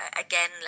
again